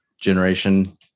generation